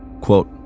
quote